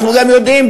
אנחנו גם יודעים,